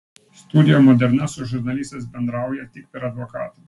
studio moderna su žurnalistais bendrauja tik per advokatą